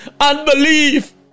unbelief